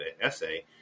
essay